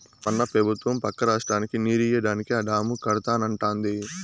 మన పెబుత్వం పక్క రాష్ట్రానికి నీరియ్యడానికే ఆ డాము కడతానంటాంది